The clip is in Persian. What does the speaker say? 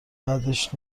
بدش